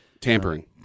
Tampering